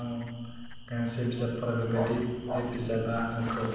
आं गांसे बिजाब फरायनायबादि बे बिजाबा आंखौ